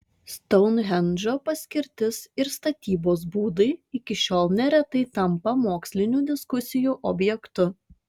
stounhendžo paskirtis ir statybos būdai iki šiol neretai tampa mokslinių diskusijų objektu